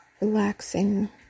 relaxing